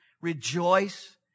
rejoice